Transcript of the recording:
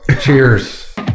cheers